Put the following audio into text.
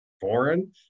foreign